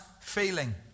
feeling